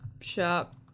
shop